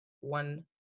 one